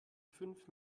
fünf